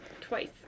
Twice